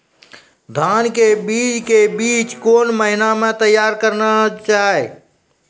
धान के बीज के बीच कौन महीना मैं तैयार करना जाए?